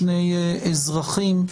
שני אזרחים,